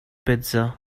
pizza